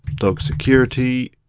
dog security.